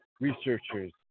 researchers